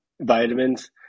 vitamins